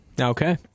Okay